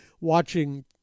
watching